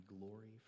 glory